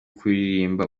kuririmba